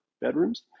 bedrooms